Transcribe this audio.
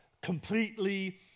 completely